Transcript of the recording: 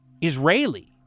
Israeli